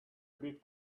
big